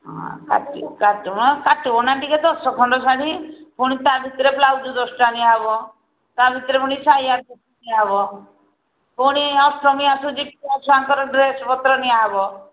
ହଁ କା କାଟୁ କାଟିବନା ଟିକେ ଦଶ ଖଣ୍ଡ ଶାଢ଼ୀ ପୁଣି ତା' ଭିତରେ ବ୍ଲାଉଜ ଦଶଟା ନିଆହବ ତା' ଭିତରେ ପୁଣି ସାୟା ନିଆହେବ ପୁଣି ଅଷ୍ଟମୀ ଆସୁଛି ପିଲାଛୁଆଙ୍କର ଡ୍ରେସ୍ପତ୍ର ନିଆହବ